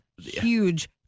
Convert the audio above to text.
huge